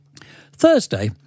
Thursday